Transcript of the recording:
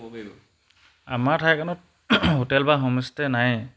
আমাৰ ঠাইখনত হোটেল বা হোমষ্টে নায়েই